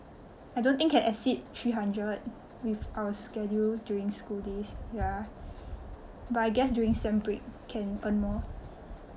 I don't think can exceed three hundred with our schedule during school days ya but I guess during sem break can earn more